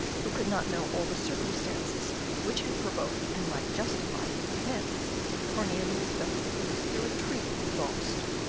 who could not know all the circumstances which had provoked and might justify his offence cornelius felt that he was irretrievably lost.